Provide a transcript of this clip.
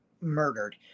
murdered